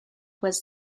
was